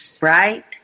right